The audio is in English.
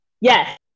Yes